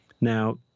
now